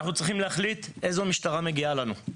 אנחנו צריכים להחליט איזו משטרה מגיעה לנו,